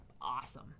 awesome